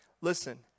Listen